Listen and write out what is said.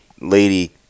lady